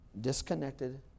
disconnected